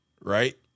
Right